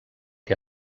que